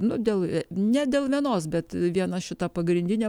nu dėl ne dėl vienos bet viena šita pagrindinė